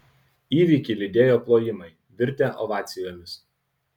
įvykį lydėjo plojimai virtę ovacijomis